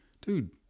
dude